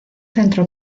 centro